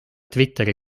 twitteri